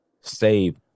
save